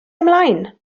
ymlaen